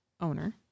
owner